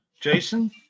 jason